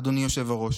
אדוני היושב-ראש,